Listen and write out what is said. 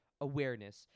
awareness